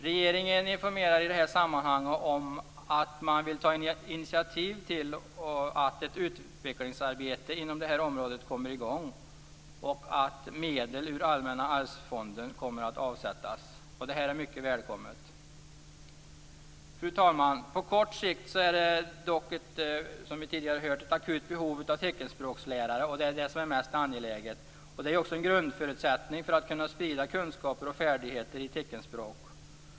Regeringen informerar om att man vill ta ett initiativ till att ett utvecklingsarbete inom det här området kommer i gång och att medel ur Allmänna arvsfonden kommer att avsättas. Detta är mycket välkommet. Fru talman! På kort sikt är det dock, som vi tidigare har hört, det akuta behovet av teckenspråkslärare som är mest angeläget. De är en grundförutsättning för att sprida kunskaper och färdigheter i teckenspråk.